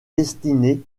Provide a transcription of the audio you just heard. destiné